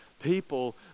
people